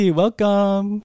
welcome